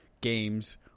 games